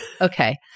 Okay